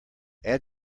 add